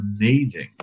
amazing